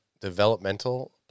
developmental